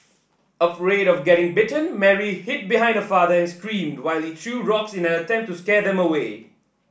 afraid of getting bitten Mary hid behind her father and screamed while he threw rocks in an attempt to scare them away